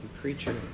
preacher